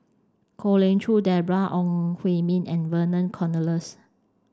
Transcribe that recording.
Kwek Leng Joo Deborah Ong Hui Min and Vernon Cornelius